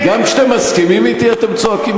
גם כשאתם מסכימים אתי אתם צועקים